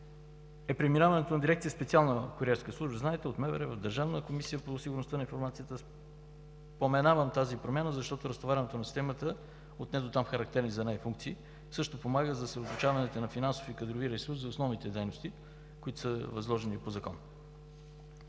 е преминаването на Дирекция „Специална куриерска служба“ от МВР към Държавната комисия по сигурност на информацията. Споменавам тази промяна, защото разтоварването на системата от недотам характерни за нея функции също помага за съсредоточаването на финансовия и кадрови ресурс в основните дейности, които са ни възложени по закон.